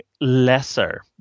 lesser